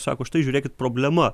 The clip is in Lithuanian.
sako štai žiūrėkit problema